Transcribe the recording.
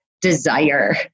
desire